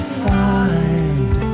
find